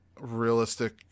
realistic